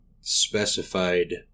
specified